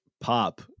pop